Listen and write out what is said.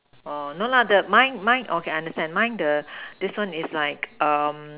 oh no lah the mine mine okay I understand mine the this one is like um